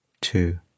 two